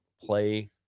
play